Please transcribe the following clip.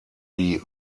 die